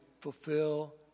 fulfill